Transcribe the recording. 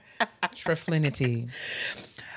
Triflinity